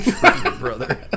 brother